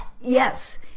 yes